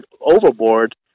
overboard